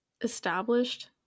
established